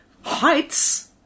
Heights